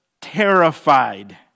terrified